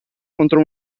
contro